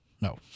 No